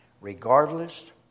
Regardless